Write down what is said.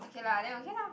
okay lah then okay lah